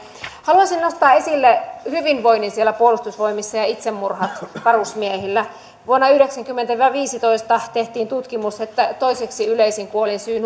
haluaisin nostaa esille hyvinvoinnin siellä puolustusvoimissa ja ja itsemurhat varusmiehillä vuosina yhdeksänkymmentä viiva viisitoista tehtiin tutkimus että toiseksi yleisin kuolinsyy